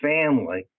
family